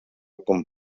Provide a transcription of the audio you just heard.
com